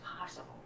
possible